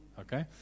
okay